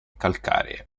calcaree